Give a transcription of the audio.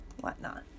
whatnot